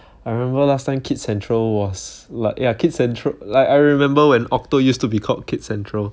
I remember last time kids central was l~ ya kids central like I remember when octo used to be called kids central